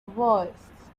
voice